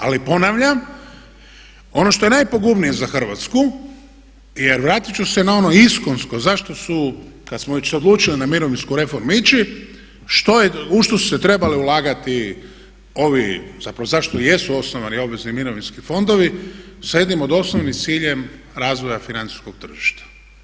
Ali ponavljam ono što je najpogubnije za Hrvatsku jer vratit ću se na ono iskonsko zašto su kad smo već se odlučili na mirovinsku reformu ići u što su se trebale ulagati ovi zapravo zašto i jesu osnovani obvezni mirovinski fondovi sa jednim od osnovnim ciljem razvoja financijskog tržišta.